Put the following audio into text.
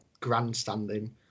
grandstanding